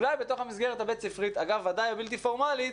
אולי בתוך המסגרת הבית ספרית אגב, הבלתי פורמלית